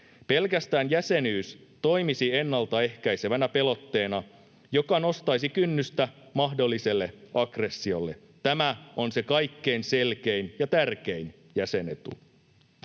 Pelkästään jäsenyys toimisi ennaltaehkäisevänä pelotteena, joka nostaisi kynnystä mahdolliselle aggressiolle. Tämä on se kaikkein selkein ja tärkein jäsenetu.